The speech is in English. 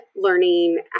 learning